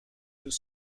deux